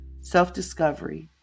self-discovery